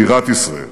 בירת ישראל.